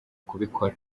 kubikora